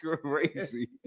crazy